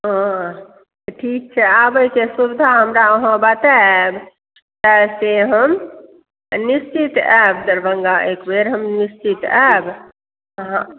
ठीक छै आबयके सुविधा हमरा अहाँ बतायब किया से हम निश्चित आयब दरभङ्गा एक बेर हम निश्चित आयब अहाँ